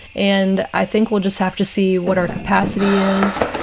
and i think we'll just have to see what our capacity is,